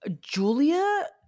Julia